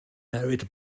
merit